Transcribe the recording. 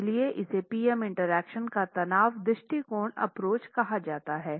इसलिए इसे P M interaction का तनाव दृष्टिकोण एप्रोच कहा जाता है